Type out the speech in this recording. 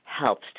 helps